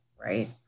right